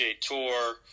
tour